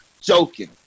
joking